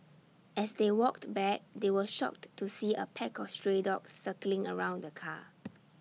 as they walked back they were shocked to see A pack of stray dogs circling around the car